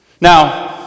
Now